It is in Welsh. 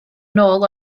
nôl